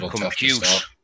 compute